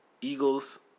Eagles